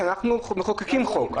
אנחנו מחוקקים חוק,